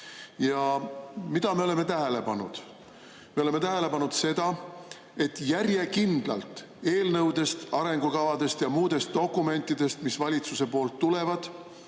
Ja mida me oleme tähele pannud? Me oleme tähele pannud seda, et järjekindlalt eelnõudest, arengukavadest ja muudest dokumentidest, mis valitsuse poolt tulevad,